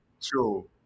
True